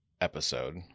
episode